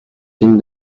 fine